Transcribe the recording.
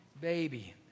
baby